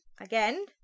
again